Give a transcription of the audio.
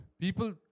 People